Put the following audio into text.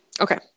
okay